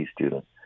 students